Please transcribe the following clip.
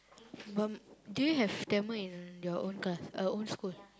mum do you have Tamil in your own class uh own school